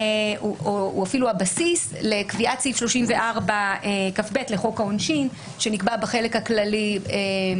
הוא אפילו הבסיס לקביעת סעיף 34כב לחוק העונשין שנקבע בחלק הכללי של